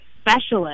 specialist